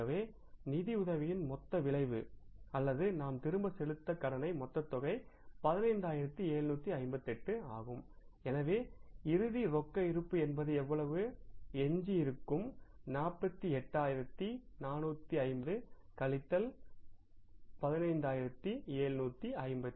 ஆகவே நிதியுதவியின் மொத்த விளைவு அல்லது நாம் திரும்ப செலுத்திய கடனின் மொத்தத் தொகை 15758 ஆகும் எனவே இறுதி ரொக்க இருப்பு என்பது எவ்வளவு எஞ்சியிருக்கும் 48450 கழித்தல் 15758